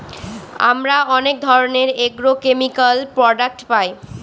আমরা অনেক ধরনের এগ্রোকেমিকাল প্রডাক্ট পায়